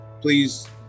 please